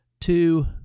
two